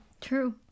True